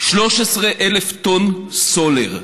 13,000 טון סולר,